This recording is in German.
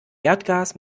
erdgas